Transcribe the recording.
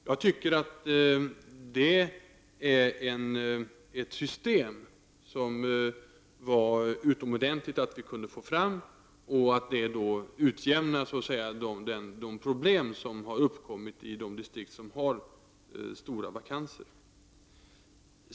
Jag tycker att det var utomordentligt bra att vi kunde få fram detta system som så att säga utjämnar de problem som har uppkommit i de distrikt som har stora vakanser.